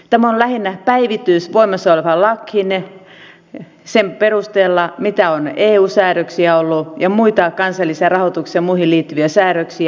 tämä on lähinnä päivitys voimassa olevaan lakiin sen perusteella mitä on ollut eu säädöksiä ja muita kansalliseen rahoitukseen ja muuhun liittyviä säädöksiä